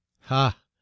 Ha